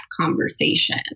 conversation